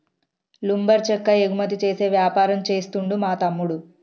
lumber చెక్క ఎగుమతి చేసే వ్యాపారం చేస్తుండు మా తమ్ముడు